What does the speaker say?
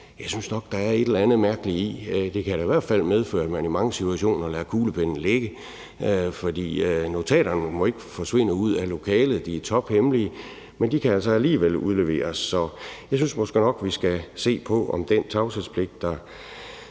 Jeg synes nok, der er et eller andet mærkeligt i det, og det kan da i hvert fald medføre, at man i mange situationer lader kuglepennen ligge, for notaterne må ikke forsvinde ud af lokalet – de er tophemmelige – men de kan altså alligevel udleveres. Så jeg synes måske nok, vi skal se på, hvor vidtgående